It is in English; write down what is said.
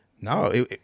No